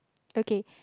okay